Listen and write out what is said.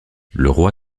leroy